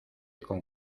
con